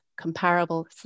comparable